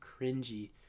cringy